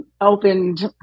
opened